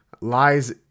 lies